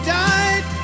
died